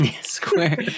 Square